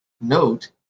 note